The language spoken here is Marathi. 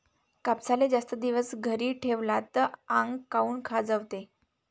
कापसाले जास्त दिवस घरी ठेवला त आंग काऊन खाजवते?